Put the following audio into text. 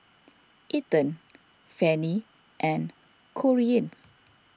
Ethen Fannie and Corean